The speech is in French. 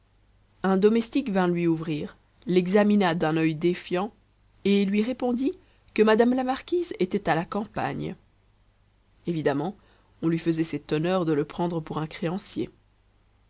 un domestique vint lui ouvrir l'examina d'un œil défiant et lui répondit que madame la marquise était à la campagne évidemment on lui faisait cet honneur de le prendre pour un créancier